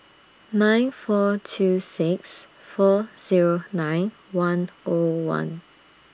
nine four two six four Zero nine one O one